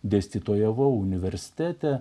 dėstytojavau universitete